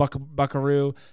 buckaroo